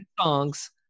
songs